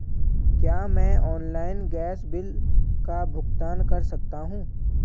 क्या मैं online gas bill का भुगतान कर सकता हूँ?